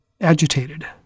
agitated